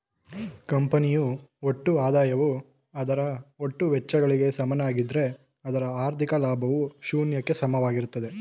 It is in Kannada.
ಕಂಪನಿಯು ಒಟ್ಟು ಆದಾಯವು ಅದರ ಒಟ್ಟು ವೆಚ್ಚಗಳಿಗೆ ಸಮನಾಗಿದ್ದ್ರೆ ಅದರ ಹಾಥಿ೯ಕ ಲಾಭವು ಶೂನ್ಯಕ್ಕೆ ಸಮನಾಗಿರುತ್ತದೆ